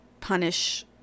punish